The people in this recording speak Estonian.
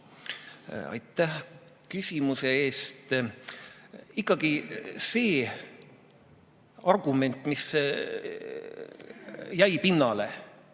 Aitäh küsimuse eest! Ikkagi see argument, mis jäi tugevasti